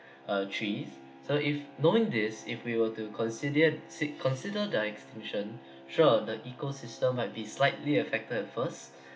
uh trees so if knowing this if we were to consider sy~ consider their exclusion sure the ecosystem might be slightly affected first